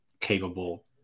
capable